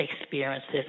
experiences